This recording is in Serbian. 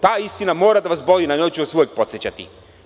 Ta istina mora da vas boli i na nju ću vas uvek podsećati.